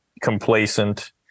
complacent